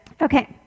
Okay